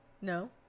no